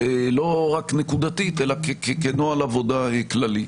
לא רק נקודתית אלא כנוהל עבודה כללי.